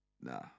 nah